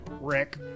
Rick